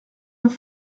neuf